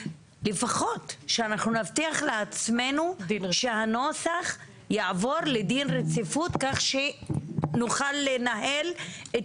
לפחות שאנחנו נבטיח לעצמנו שהנוסח יעבור לדין רציפות כך שנוכל לנהל את